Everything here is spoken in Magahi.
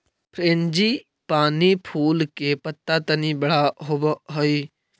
फ्रेंजीपानी फूल के पत्त्ता तनी बड़ा होवऽ हई